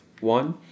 One